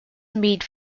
made